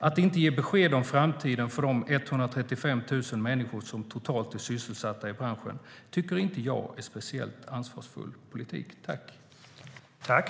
Att inte ge besked om framtiden för de 135 000 människor som totalt är sysselsatta i branschen tycker inte jag är en speciellt ansvarsfull politik.